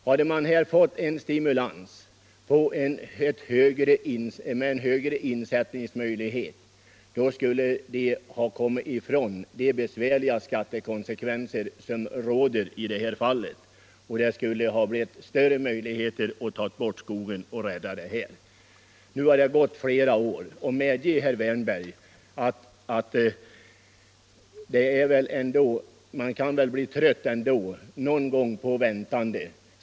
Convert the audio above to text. Hade skogsägarna fått en stimulans genom en vidgad rätt till insättning på skogskonto, skulle de ha undergått de besvärliga skattekonsekvenser som råder i detta fall. De hade fått större möjligheter att avverka skogen. Nu har flera år gått. Medge, herr Wiärnberg, att man någon gång kan bli trött på väntandet.